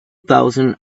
thousand